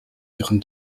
ihren